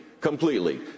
completely